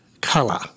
colour